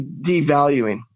devaluing